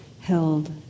held